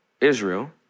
Israel